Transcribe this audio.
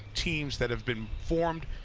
teams that have been formed,